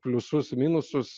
pliusus minusus